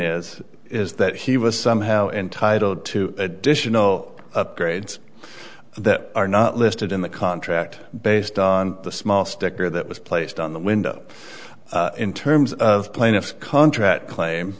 is is that he was somehow entitled to additional upgrades that are not listed in the contract based on the small sticker that was placed on the window in terms of plaintiff's contract claim